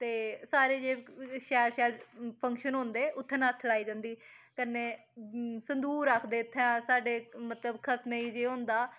ते सारे जे शैल शैल फक्शंन होंदे उत्थै नत्थ लाई जंदी कन्नै संदूर आखदे इत्थै साढ़ै मतलब खसमै जे होंदा